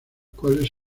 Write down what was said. cuales